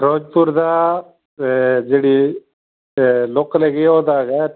ਫਿਰੋਜ਼ਪੁਰ ਦਾ ਜਿਹੜੀ ਲੋਕਲ ਹੈਗੀ ਉਹਦਾ ਹੈਗਾ